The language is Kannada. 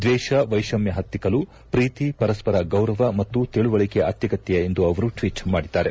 ದ್ವೇಷ ವೈಷಮ್ತ ಪತ್ತಿಕ್ಕಲು ಪ್ರೀತಿ ಪರಸ್ಪರ ಗೌರವ ಮತ್ತು ತಿಳುವಳಿಕೆ ಅತ್ಯಗತ್ತ ಎಂದು ಅವರು ಟ್ವೀಟ್ ಮಾಡಿದ್ದಾರೆ